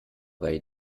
bei